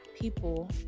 people